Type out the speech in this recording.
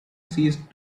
ceased